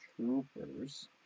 Troopers